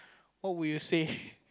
what would you say